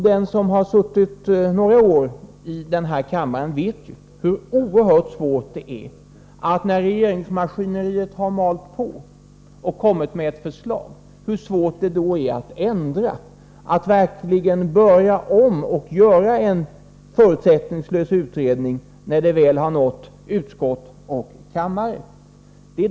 Den som har suttit några år i denna kammare vet hur oerhört svårt det är att när regeringsmaskineriet har malt på och kommit med ett förslag ändra detta och verkligen börja om med en förutsättningslös utredning, då förslaget har nått utskott och kammare.